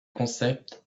concept